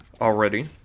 already